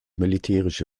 militärische